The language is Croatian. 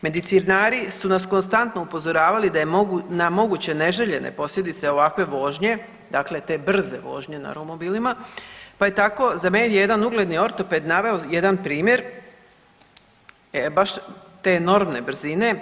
Medicinari su nas konstantno upozoravali na moguće neželjene posljedice ovakve vožnje, dakle te brze vožnje na romobilima, pa je tako za N1 ugledni ortoped naveo jedan primjer, baš te enormne brzine.